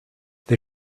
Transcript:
they